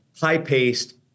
high-paced